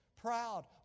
proud